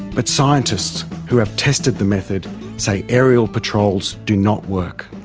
but scientists who have tested the method say aerial patrols do not work.